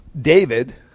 David